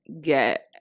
get